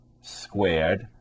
squared